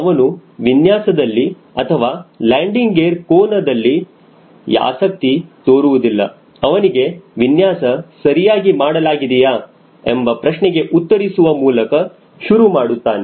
ಅವನು ವಿನ್ಯಾಸದಲ್ಲಿ ಅಥವಾ ಲ್ಯಾಂಡಿಂಗ್ ಗೇರ ಕೋನದಲ್ಲಿ ಆಸಕ್ತಿ ತೋರುವುದಿಲ್ಲ ಅವನಿಗೆ ವಿನ್ಯಾಸ ಸರಿಯಾಗಿ ಮಾಡಲಾಗಿದೆಯಾ ಎಂಬ ಪ್ರಶ್ನೆಗೆ ಉತ್ತರಿಸುವ ಮೂಲಕ ಶುರುಮಾಡುತ್ತಾನೆ